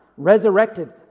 Resurrected